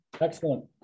Excellent